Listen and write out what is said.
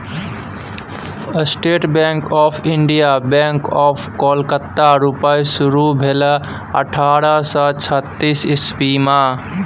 state Bank of India, Bank of Calcutta रुपे शुरु भेलै अठारह सय छअ इस्बी मे